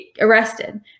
arrested